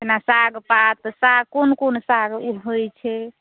जेना साग पात साग कोन कोन साग होय छै